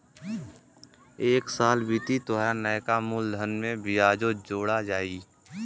एक साल बीती तोहार नैका मूलधन में बियाजो जोड़ा जाई